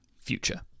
future